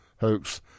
hoax